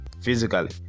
physically